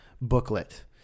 booklet